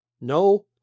No